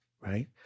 right